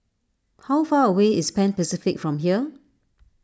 how far away is Pan Pacific from here